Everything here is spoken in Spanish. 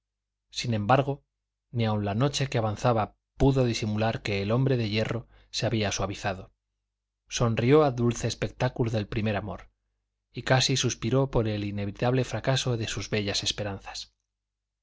sin embargo ni aun la noche que avanzaba pudo disimular que el hombre de hierro se había suavizado sonrió al dulce espectáculo del primer amor y casi suspiró por el inevitable fracaso de sus bellas esperanzas